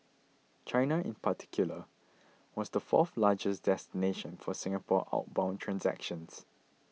China in particular was the fourth largest destination for Singapore outbound transactions